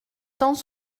temps